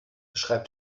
schreibt